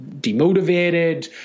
demotivated